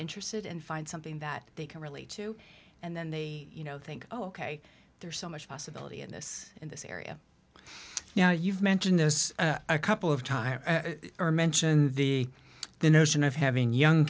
interested and find something that they can relate to and then they you know think oh ok there's so much possibility in this in this area you know you've mentioned this a couple of times or mentioned the the notion of having young